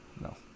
No